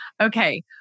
Okay